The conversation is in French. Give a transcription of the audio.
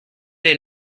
est